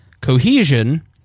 cohesion